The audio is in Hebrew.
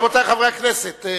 רבותי חברי הכנסת,